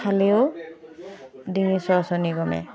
খালেও ডিঙিৰ চৰচৰণি কমে